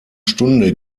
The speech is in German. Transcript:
stunde